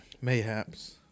Mayhaps